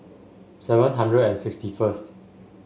seven hundred and sixty first